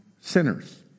sinners